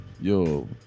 Yo